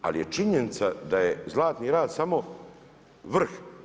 Ali je činjenica da je Zlatni rat samo vrh.